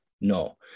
No